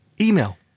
Email